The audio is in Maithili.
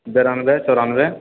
बेरानबे चौरानबे